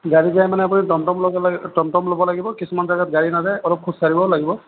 গাড়ী যায় মানে আপুনি টমটম ল'ব টমটম ল'ব লাগিব কিছুমান জাগাত গাড়ী নাযায় অলপ খোজকাঢ়িবও লাগিব